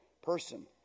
person